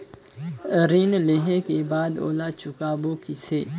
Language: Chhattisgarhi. ऋण लेहें के बाद ओला चुकाबो किसे?